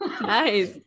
nice